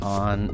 on